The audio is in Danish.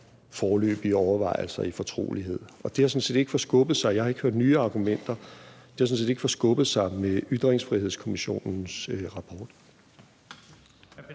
foreløbige overvejelser i fortrolighed. Og det har sådan set ikke forskubbet sig. Jeg har ikke hørt nye argumenter, så det har sådan set ikke forskubbet sig med Ytringsfrihedskommissionens rapport.